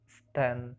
stand